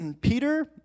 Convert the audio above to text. Peter